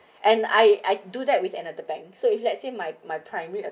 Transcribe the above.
and I I do that with another bank so if let's say my my primary